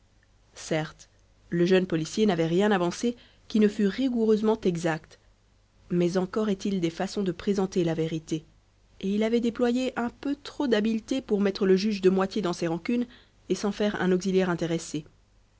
certes le jeune policier n'avait rien avancé qui ne fût rigoureusement exact mais encore est-il des façons de présenter la vérité et il avait déployé un peu trop d'habileté pour mettre le juge de moitié dans ses rancunes et s'en faire un auxiliaire intéressé